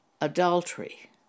adultery